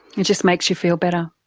it just makes you feel better?